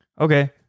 Okay